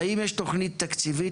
האם יש תוכנית תקציבית?